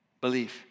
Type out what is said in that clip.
Belief